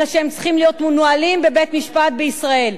אלא הם צריכים להיות מנוהלים בבית-משפט בישראל,